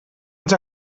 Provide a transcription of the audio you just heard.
ens